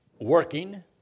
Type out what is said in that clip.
working